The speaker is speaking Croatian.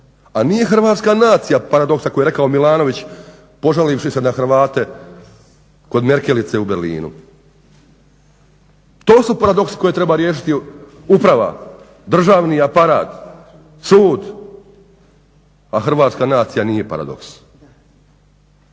a nije hrvatska nacija paradoks kako je rekao Milanović, požalivši se na Hrvate kod Merkelice u Berlinu. To su paradoksi koje treba riješiti uprava, državni aparat, sud, a hrvatska nacija nije paradoks